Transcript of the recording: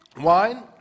Wine